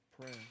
prayer